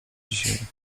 dzisiaj